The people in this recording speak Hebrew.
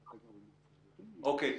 אוקיי.